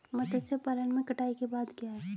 मत्स्य पालन में कटाई के बाद क्या है?